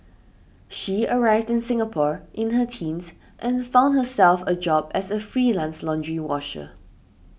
she arrived in Singapore in her teens and found herself a job as a freelance laundry washer